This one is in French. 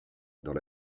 dans